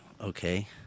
okay